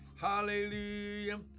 Hallelujah